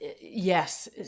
Yes